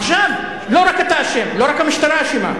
עכשיו, לא רק אתה אשם, לא רק המשטרה אשמה.